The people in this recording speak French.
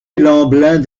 lemblin